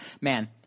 Man